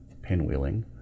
pinwheeling